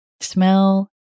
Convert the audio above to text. smell